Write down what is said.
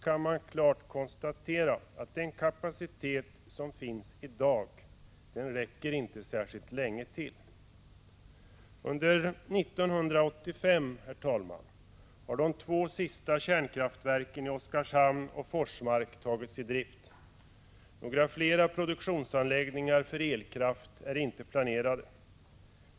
Man kan klart konstatera att den kapacitet som finns i dag inte räcker ilt långt. Under 1985, herr talman, har de två sista kärnkraftverken i Oskarshamn och Forsmark tagits i drift. Några flera produktionsanläggningar för elkraft är inte planerade.